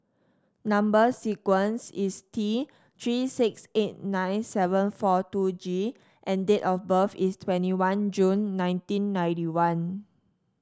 number sequence is T Three six eight nine seven four two G and date of birth is twenty one June nineteen ninety one